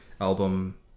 album